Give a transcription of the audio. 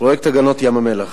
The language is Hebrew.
פרויקט הגנות ים-המלח.